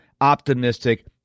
optimistic